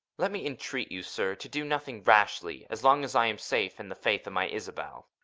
let me intreat you, sir, to do nothing rashly, as long as i am safe in the faith of my isabel.